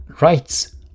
rights